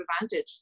advantage